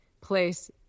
place